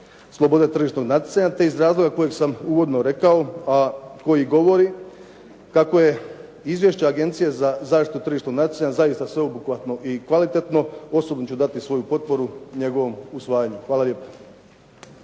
slobode tržišnog natjecanja te iz razloga kojeg sam uvodno rekao, a koji govori kako je izvješće Agencije za zaštitu tržišnog natjecanja zaista sveobuhvatno i kvalitetno, osobno ću dati svoju potporu njegovom usvajanju. Hvala lijepo.